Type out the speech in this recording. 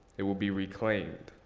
it will be reclaimed.